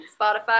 Spotify